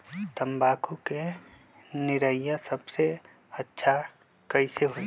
तम्बाकू के निरैया सबसे अच्छा कई से होई?